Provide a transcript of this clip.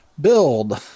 Build